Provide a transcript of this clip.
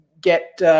get